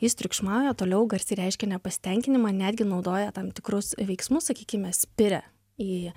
jis triukšmauja toliau garsiai reiškia nepasitenkinimą netgi naudoja tam tikrus veiksmus sakykime spiria į